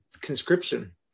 conscription